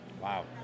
Wow